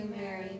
Mary